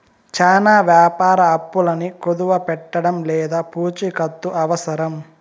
చానా వ్యాపార అప్పులను కుదవపెట్టడం లేదా పూచికత్తు అవసరం